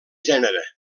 gènere